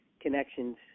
connections